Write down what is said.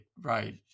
right